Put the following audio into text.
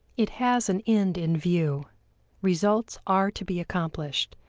it has an end in view results are to be accomplished.